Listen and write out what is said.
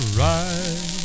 right